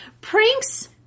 Pranks